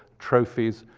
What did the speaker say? trophies,